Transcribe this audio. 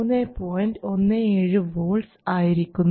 17 volts ആയിരിക്കുന്നു